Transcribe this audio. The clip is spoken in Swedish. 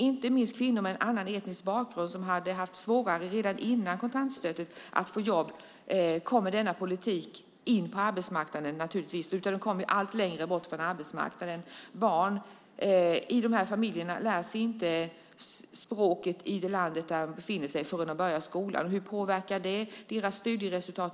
Inte minst kvinnor med en annan etnisk bakgrund, som redan innan kontantstøtten infördes hade svårare att få jobb, kom inte med denna politik in på arbetsmarknaden, utan de kom allt längre bort från arbetsmarknaden. Barn i dessa familjer lär sig inte språket i det land där de befinner sig förrän de börjar skolan. Hur påverkar det deras studieresultat?